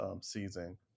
season